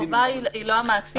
החובה היא לא על המעסיק.